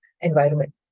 environment